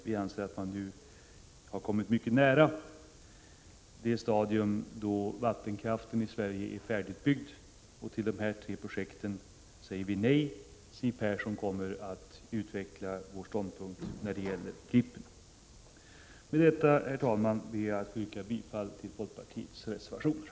Vi anser att man nu kommit mycket nära det stadium då vattenkraften i Sverige är färdigutbyggd. Vi säger nej till de nämnda tre projekten. Siw Persson kommer att utveckla vår ståndpunkt när det gäller Klippen. Med detta, herr talman, ber jag att få yrka bifall till folkpartiets reservationer.